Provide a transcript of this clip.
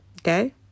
Okay